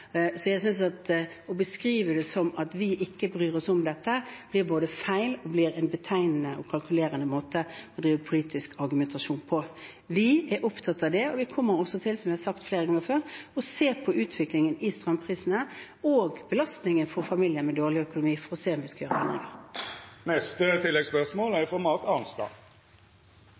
Jeg synes at det å beskrive det som at vi ikke bryr oss om dette, både blir feil og er en betegnende og kalkulerende måte å drive politisk argumentasjon på. Vi er opptatt av det, og vi kommer også til – som jeg har sagt flere ganger før – å se på utviklingen i strømprisene og belastningen for familier med dårlig økonomi, for å se om vi skal gjøre